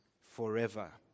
forever